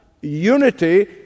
unity